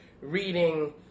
reading